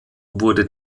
wurde